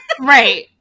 Right